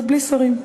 אז בלי שרים.